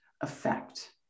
effect